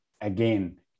again